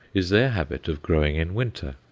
is their habit of growing in winter.